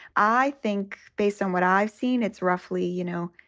i think based on what i've seen, it's roughly, you know,